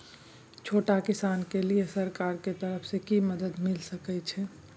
छोट किसान के लिए सरकार के तरफ कि मदद मिल सके छै?